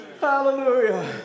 Hallelujah